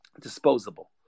Disposable